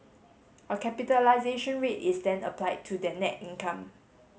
a capitalisation rate is then applied to that net income